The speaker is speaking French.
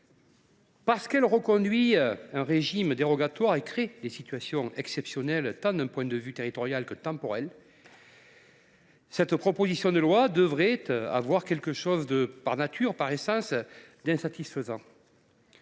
Parce qu’elle reconduit un régime dérogatoire et crée des situations exceptionnelles, d’un point de vue tant territorial que temporel, cette proposition de loi devrait avoir quelque chose d’insatisfaisant.